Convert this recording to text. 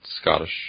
Scottish